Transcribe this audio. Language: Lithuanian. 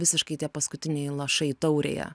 visiškai tie paskutiniai lašai taurėje